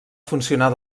funcionar